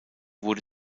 wurde